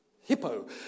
Hippo